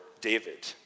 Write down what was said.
David